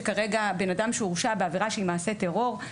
שכרגע בן אדם שהורשע בעבירה שהיא מעשה טרור,